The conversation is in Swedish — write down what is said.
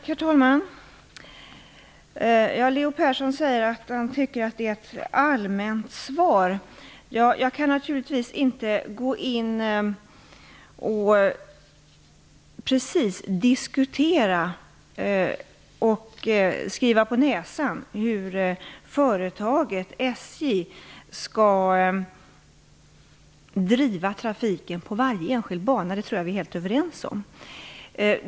Herr talman! Leo Persson tycker att det är ett allmänt svar. Jag kan naturligtvis inte gå in och skriva på näsan hur företaget SJ skall driva trafiken på varje enskild bana, det tror jag att vi är helt överens om.